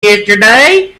yesterday